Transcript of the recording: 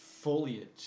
foliage